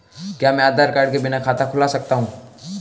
क्या मैं आधार कार्ड के बिना खाता खुला सकता हूं?